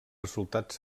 resultats